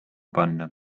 panna